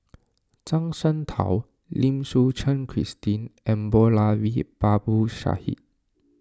Zhuang Shengtao Lim Suchen Christine and Moulavi Babu Sahib